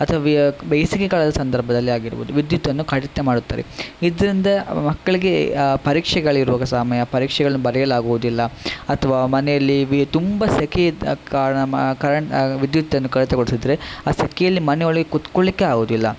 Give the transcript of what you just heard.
ಅಥವಾ ವ್ಯ ಬೇಸಿಗೆಕಾಲದ ಸಂದರ್ಭದಲ್ಲಿ ಆಗಿರ್ಬೋದು ವಿದ್ಯುತ್ತನ್ನು ಕಡಿತ ಮಾಡುತ್ತಾರೆ ಇದರಿಂದ ಮಕ್ಕಳಿಗೆ ಪರೀಕ್ಷೆಗಳಿರುವಾಗ ಸಮಯ ಪರೀಕ್ಷೆಗಳನ್ನು ಬರೆಯಲಾಗುವುದಿಲ್ಲ ಅಥವಾ ಮನೇಲಿ ಬಿ ತುಂಬ ಸೆಖೆಯಿದ್ದ ಕಾರಣ ಕರೆಂಟ್ ವಿದ್ಯುತ್ತನ್ನು ಕಡಿತಗೊಳಿಸಿದರೆ ಆ ಸೆಖೆಲಿ ಮನೆಯೊಳಗೆ ಕುತ್ಕೊಳ್ಲಿಕ್ಕೇ ಆಗುವುದಿಲ್ಲ